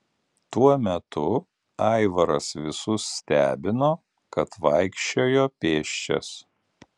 tuo metu aivaras visus stebino kad vaikščiojo pėsčias